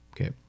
Okay